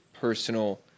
personal